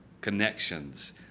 connections